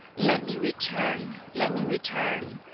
let me return! let me return!